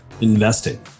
investing